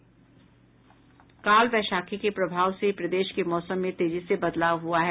काल वैशाखी के प्रभाव से प्रदेश में मौसम में तेजी से बदलाव हुआ है